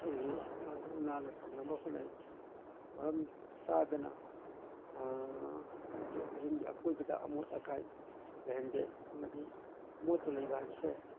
ꯑꯩ ꯂꯨ ꯅꯥꯟꯅ ꯊꯝꯅꯕ ꯍꯣꯠꯅꯩ ꯃꯔꯝ ꯆꯥꯗꯅ ꯌꯨꯝꯒꯤ ꯑꯀꯣꯏꯕꯗ ꯑꯃꯣꯠ ꯑꯀꯥꯏ ꯂꯩꯍꯟꯗꯦ ꯑꯃꯗꯤ ꯑꯃꯣꯠꯄ ꯂꯩꯕ ꯍꯥꯏꯕꯁꯦ